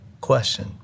question